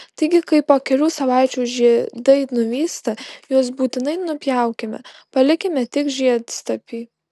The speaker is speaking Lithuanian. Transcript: taigi kai po kelių savaičių žiedai nuvysta juos būtinai nupjaukime palikime tik žiedstiebį